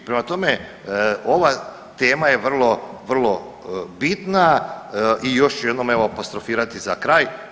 Prema tome, ova tema je vrlo, vrlo bitna i još ću jednom evo apostrofirati za kraj.